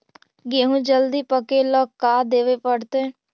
गेहूं जल्दी पके ल का देबे पड़तै?